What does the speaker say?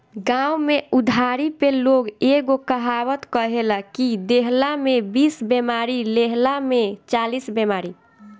गांव में उधारी पे लोग एगो कहावत कहेला कि देहला में बीस बेमारी, लेहला में चालीस बेमारी